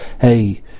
hey